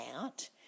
out